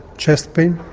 chest pain.